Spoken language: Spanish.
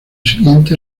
siguiente